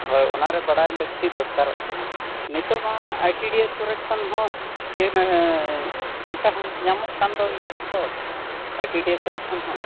ᱦᱳᱭ ᱚᱱᱟᱨᱮ ᱵᱟᱰᱟᱭ ᱞᱟᱹᱠᱛᱤ ᱫᱚᱨᱠᱟᱨᱚᱜ ᱠᱟᱱᱟ ᱱᱤᱛᱳᱜ ᱢᱟ ᱚᱱᱟ ᱟᱭ ᱥᱤ ᱰᱤ ᱮᱥ ᱠᱚᱨᱮ ᱠᱷᱚᱱ ᱦᱚᱸ ᱚᱱᱠᱟ ᱦᱚᱸ ᱧᱟᱢᱚᱜ ᱠᱟᱱ ᱫᱚ ᱤᱭᱟᱹ ᱠᱚᱦᱚᱸ ᱟᱭ ᱥᱤ ᱰᱤ ᱮᱥ ᱠᱚᱨᱮ ᱠᱷᱚᱱ ᱦᱚᱸ